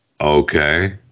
Okay